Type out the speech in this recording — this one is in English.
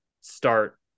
start